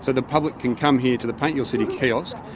so the public can come here to the paint your city kiosk,